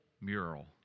mural